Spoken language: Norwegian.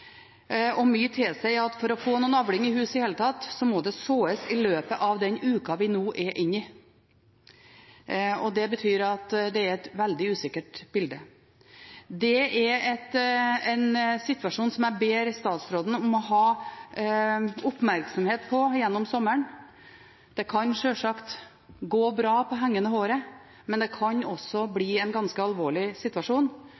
og mye tilsier at for å få noen avling i hus i det hele tatt, må det såes i løpet av den uka vi nå er inne i. Det betyr at det er et veldig usikkert bilde. Det er en situasjon som jeg ber statsråden om å ha oppmerksomhet på gjennom sommeren. Det kan sjølsagt gå bra på hengende håret, men det kan også bli en ganske alvorlig situasjon.